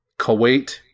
Kuwait